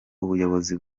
ubuyobozi